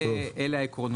אלה העקרונות.